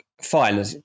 fine